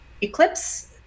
eclipse